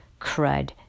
Crud